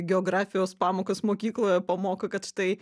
geografijos pamokas mokykloje pamoko kad štai